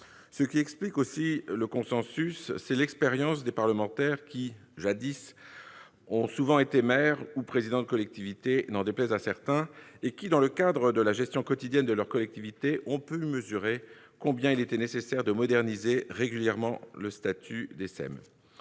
Ce qui explique notamment ce consensus, c'est l'expérience des parlementaires qui, jadis, ont souvent été maires ou présidents de collectivité, n'en déplaise à certains, et qui, dans le cadre de la gestion quotidienne de leur collectivité, ont pu mesurer combien il était nécessaire de moderniser régulièrement le statut des SEM.